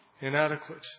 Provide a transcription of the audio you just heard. inadequate